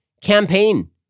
campaign